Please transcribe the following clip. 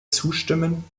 zustimmen